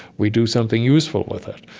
we do something useful with it.